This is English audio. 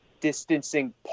distancing